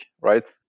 right